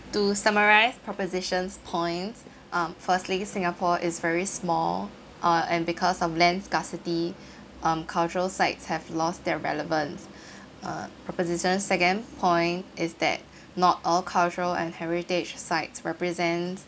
to summarise proposition's points uh firstly singapore is very small uh and because of land scarcity um culture sites have lost their relevance uh proposition's second point is that not all culture and heritage sites represent